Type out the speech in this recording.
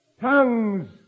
tongues